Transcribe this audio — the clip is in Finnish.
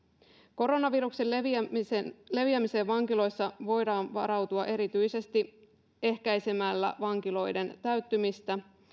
koronaviruksen leviämiseen vankiloissa voidaan varautua erityisesti ehkäisemällä vankiloiden täyttymistä